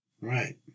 Right